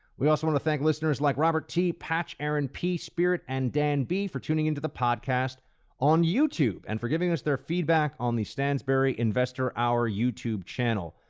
we also want to thank listeners like robert t. patch, aaron p. spirit, and dan b. for tuning into the podcast on youtube and for giving us their feedback on the stansberry investor hour youtube channel.